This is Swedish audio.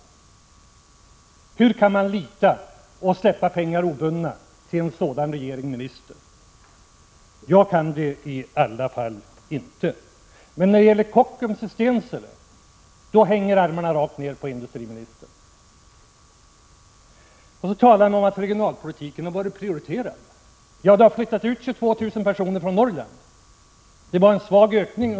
Hur kan man lita på och släppa pengar obundna till en sådan regering och en sådan minister? Jag kan det i alla fall inte. När det däremot gäller Kockums i Stensele hänger armarna rakt ned på industriministern. Så talas det om att regionalpolitiken har varit prioriterad. Ja, det har flyttat ut 22 000 personer från Norrland. Under våra sex år var det en svag ökning.